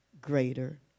greater